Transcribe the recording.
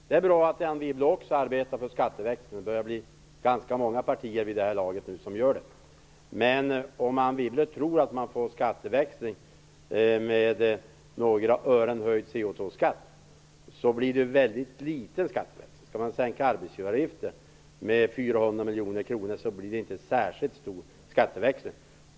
Det är bra att Anne Wibble också arbetar för skatteväxling. Det börjar bli ganska många partier vid det här laget som gör det. Men om Anne Wibble tror att man får skatteväxling genom att höja koldioxidskatten med några ören, så blir det en väldigt liten skatteväxling. Skall man sänka arbetsgivaravgiften med 400 miljoner kronor blir det inte särskilt stor skatteväxling.